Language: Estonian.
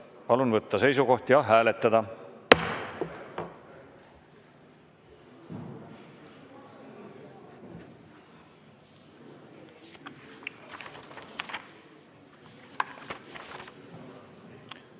Palun võtta seisukoht ja hääletada!